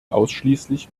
ausschließlich